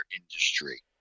industry